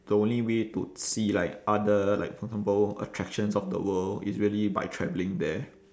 the only way to see like other like for example attractions of the world it's really by travelling there